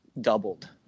doubled